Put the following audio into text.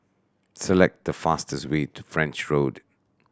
select the fastest way to French Road